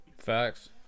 Facts